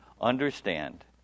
understand